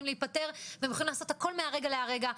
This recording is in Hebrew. והם יכולים לעשות הכל מהרגע להרגע,